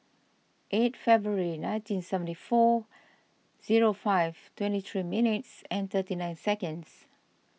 eight February nineteen seventy four zero five twenty three minutes and thirty nine seconds